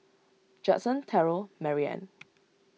Judson Terrell Marianne